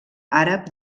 àrab